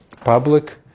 public